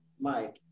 Mike